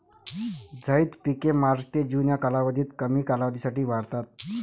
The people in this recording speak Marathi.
झैद पिके मार्च ते जून या कालावधीत कमी कालावधीसाठी वाढतात